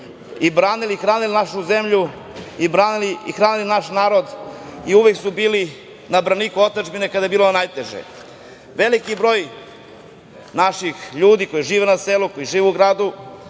branili i hranili našu zemlju, branili i hranili naš narod i uvek su bili na braniku otadžbine kada je bilo najteže. Veliki broj naših ljudi koji žive na selu, koji žive u gradu